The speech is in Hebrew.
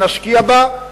אם נשקיע בה,